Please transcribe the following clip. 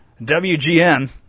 WGN